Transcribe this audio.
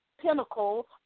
pinnacle